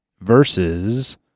versus